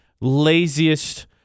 laziest